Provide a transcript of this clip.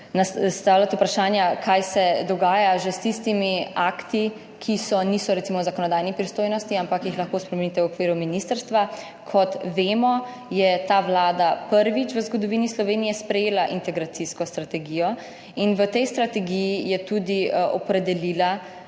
naslavljati vprašanja, kaj se dogaja že s tistimi akti, ki recimo niso v zakonodajni pristojnosti, ampak jih lahko spremenite v okviru ministrstva. Kot vemo, je ta vlada prvič v zgodovini Slovenije sprejela integracijsko strategijo in v tej strategiji je tudi opredelila, da